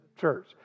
church